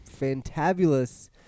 fantabulous